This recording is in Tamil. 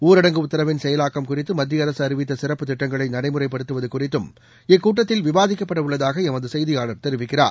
ஊரடங்கு உத்தரவின் செயலாக்கம் குறித்து மத்திய அரசு அறிவித்த சிறப்பு திட்டங்களை நடைமுறைப்படுத்துவது குறித்தும் இக்கூட்டத்தில் விவாதிக்கப்பட உள்ளதாக எமது செய்தியாளா் தெரிவிக்கிறார்